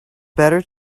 better